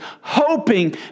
hoping